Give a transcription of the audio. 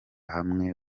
hamwe